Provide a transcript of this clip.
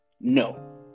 no